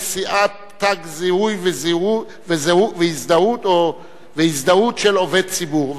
נשיאת תג זיהוי והזדהות של עובד ציבור.